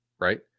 right